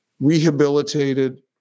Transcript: rehabilitated